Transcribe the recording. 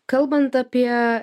kalbant apie